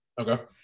Okay